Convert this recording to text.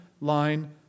line